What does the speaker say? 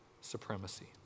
supremacy